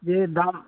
যে